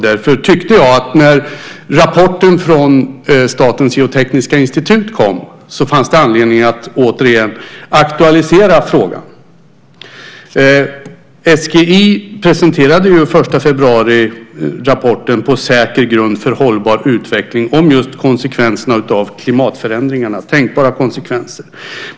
Därför tyckte jag att när rapporten från Statens geotekniska institut kom fanns det anledning att åter aktualisera frågan. SGI presenterade den 1 februari rapporten På säker grund för hållbar utveckling om just tänkbara konsekvenser av klimatförändringarna.